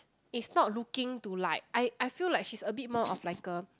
it's not looking to like I I feel like she's a bit more of like a